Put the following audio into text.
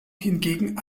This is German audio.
hingegen